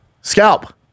scalp